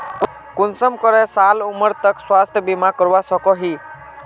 कुंसम करे साल उमर तक स्वास्थ्य बीमा करवा सकोहो ही?